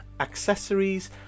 Accessories